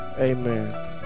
Amen